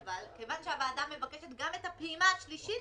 אבל מכיוון שהוועדה מבקשת גם את הפעימה השלישית